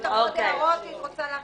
יש לך עוד הערות שהיית רוצה להכניס?